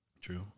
True